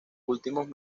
últimos